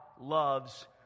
loves